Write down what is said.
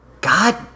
God